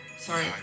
Sorry